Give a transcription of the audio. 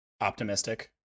optimistic